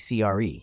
cre